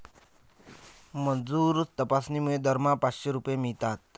मजूर तपासणीमुळे दरमहा पाचशे रुपये मिळतात